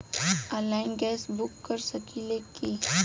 Online gas book कर सकिले की?